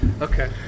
Okay